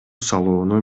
салууну